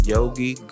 Yogi